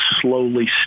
slowly